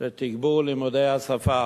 לתגבור לימודי השפה.